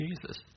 Jesus